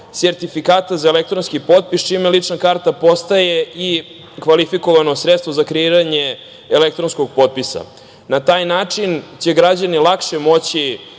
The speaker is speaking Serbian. sertifikata za elektronski potpis čime lična karta postaje i kvalifikovano sredstvo za kreiranje elektronskog potpisa. Na taj način će građani lakše moći